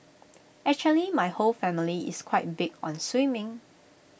actually my whole family is quite big on swimming